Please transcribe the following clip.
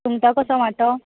सुंगटा कसो वांटो